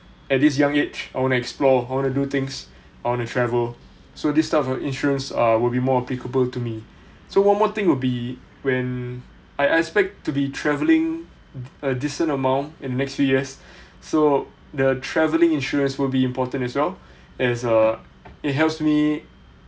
at this young age I wanna explore how to do things I want to travel so this type of uh insurance uh will be more applicable to me so one more thing would be when I expect to be travelling a decent amount in next few years so the travelling insurance will be important as well as err it helps me